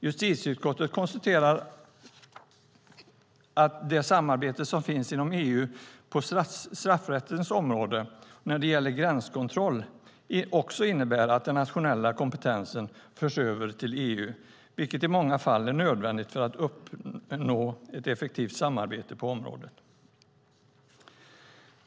Justitieutskottet konstaterar att det samarbete som finns inom EU på straffrättens område när det gäller gränskontroll också innebär att den nationella kompetensen förs över till EU, vilket i många fall är nödvändigt för att uppnå ett effektivt samarbete på området.